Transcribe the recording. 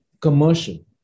commercial